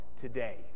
today